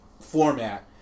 format